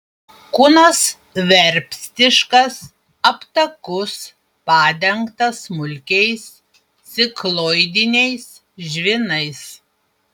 kūnas verpstiškas aptakus padengtas smulkiais cikloidiniais žvynais